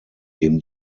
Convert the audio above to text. dem